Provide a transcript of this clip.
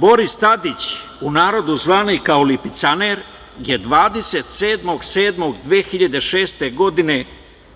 Boris Tadić, u narodu zvani „lipicaner“, je 27.07.2006. godine